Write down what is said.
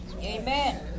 Amen